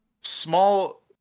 small